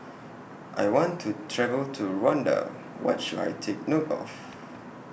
I want to travel to Rwanda What should I Take note of